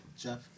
Jeff